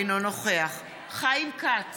אינו נוכח חיים כץ,